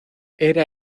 era